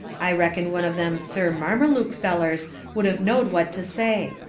i reckon one of them sir marmeluke fellers would of knowed what to say.